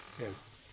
Yes